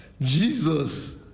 Jesus